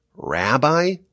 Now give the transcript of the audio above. Rabbi